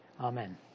Amen